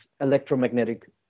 electromagnetic